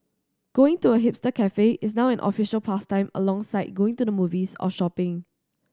going to a hipster cafe is now an official pastime alongside going to the movies or shopping